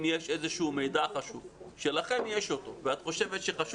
אם יש איזשהו מידע חשוב שיש לכם ואת חושבת שחשוב